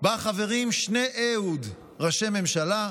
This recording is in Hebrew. שבה חברים שני אהוד ראשי ממשלה,